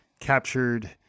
captured